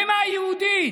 במה היא יהודית?